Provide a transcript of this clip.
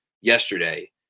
yesterday